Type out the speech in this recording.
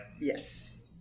Yes